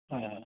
হয় হয়